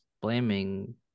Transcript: blaming